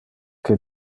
que